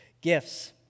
gifts